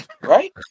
right